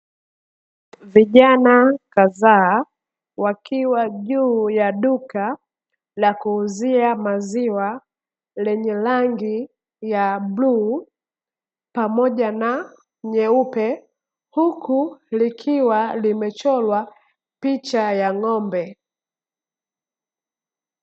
Vijana kadhaa wakiwa juu ya duka, la kuuzia maziwa lenye rangi ya bluu pamoja na nyeupe. Huku likiwa limechorwa picha ya ng'ombe.